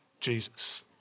Jesus